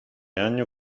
año